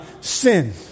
sin